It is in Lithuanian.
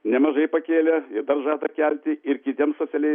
nemažai pakėlė ir dar žada kelti ir kitiems socialiai